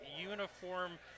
uniform